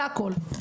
זה הכול.